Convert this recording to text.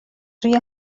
سوی